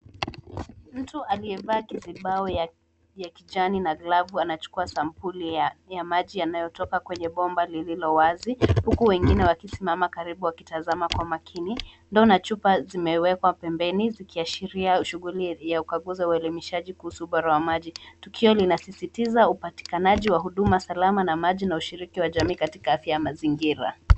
Mtu aliyevaa kitimbao ya kijani na glavu anachukua sampuli ya maji yanayotoka kwenye bomba lililo wazi huku wengine wakisimama karibu wakitazama kwa makini. Ndoo na chupa zimewekwa pembeni zikiashiria shughuli ya ukaguzi ya uelimishaji kuhusu ubora wa maji. Tukio linasisitiza upatikanaji wa huduma salama na maji na ushiriki wa jamii katikati ya mazingira.